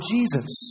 Jesus